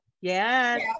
yes